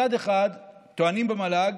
מצד אחד, טוענים במל"ג